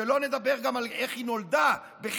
ולא נדבר גם על איך היא נולדה בחטא,